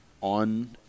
on